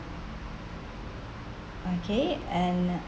okay and